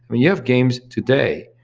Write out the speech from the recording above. you have games today.